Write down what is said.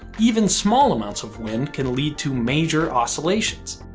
even small amounts of wind can lead to major oscillations.